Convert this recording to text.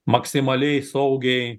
maksimaliai saugiai